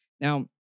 Now